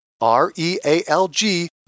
R-E-A-L-G